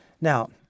Now